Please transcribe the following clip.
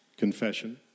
Confession